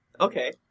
Okay